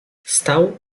stał